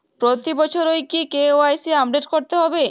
প্রতি বছরই কি কে.ওয়াই.সি আপডেট করতে হবে?